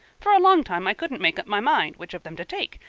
for a long time i couldn't make up my mind which of them to take,